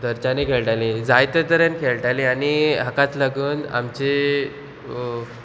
धरच्यानी खेळटालीं जायते तरेन खेळटाली आनी हाकाच लागून आमची